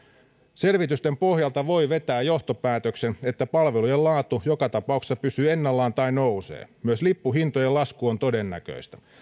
selvitysten pohjalta voi vetää johtopäätöksen että palvelujen laatu joka tapauksessa pysyy ennallaan tai nousee myös lippuhintojen lasku on todennäköistä